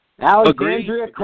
Alexandria